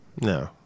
No